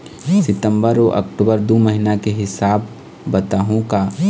सितंबर अऊ अक्टूबर दू महीना के हिसाब बताहुं का?